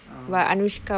oh